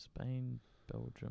Spain-Belgium